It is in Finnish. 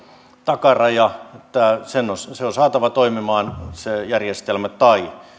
takaraja se järjestelmä on saatava toimimaan tai